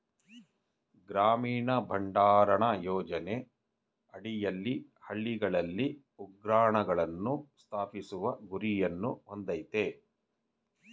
ಗ್ರಾಮೀಣ ಭಂಡಾರಣ ಯೋಜನೆ ಅಡಿಯಲ್ಲಿ ಹಳ್ಳಿಗಳಲ್ಲಿ ಉಗ್ರಾಣಗಳನ್ನು ಸ್ಥಾಪಿಸುವ ಗುರಿಯನ್ನು ಹೊಂದಯ್ತೆ